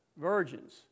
virgins